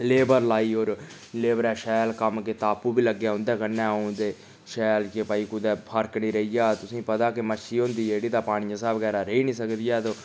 लेवर लाई होर लेवरै शैल कम्म कीता आपूं बी लग्गेआ उं'दे कन्नै अ'ऊं ते शैल कि भई कुदै फर्क नेईं रेही जा तुसेंगी पता कि मच्छी होंदी जेह्ड़ी तां पानी सा बगैरा रेही नी सकदी ऐ ओह्